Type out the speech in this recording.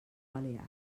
balears